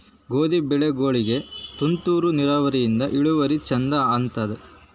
ಗೋಧಿ ಬೆಳಿಗೋಳಿಗಿ ತುಂತೂರು ನಿರಾವರಿಯಿಂದ ಇಳುವರಿ ಚಂದ ಆತ್ತಾದ?